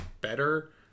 better